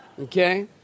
Okay